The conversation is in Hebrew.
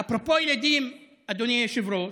ואפרופו ילדים, אדוני היושב-ראש,